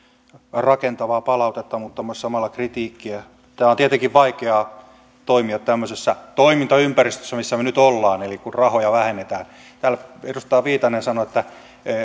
rakentavaa palautetta mutta myös samalla kritiikkiä on tietenkin vaikeaa toimia tämmöisessä toimintaympäristössä missä me nyt olemme eli kun rahoja vähennetään täällä edustaja viitanen sanoi että